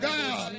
God